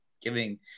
giving –